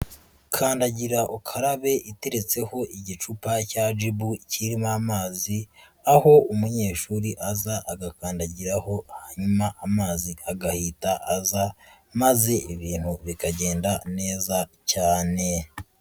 Kandagira ukarabe iteretseho igicupa cya jibu kirimo amazi aho umunyeshuri aza agakandagiraho hanyuma amazi agahita aza maze ibintu bikagenda neza cyane.